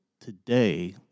today